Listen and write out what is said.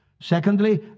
Secondly